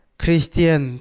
Christian